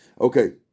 Okay